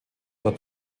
dort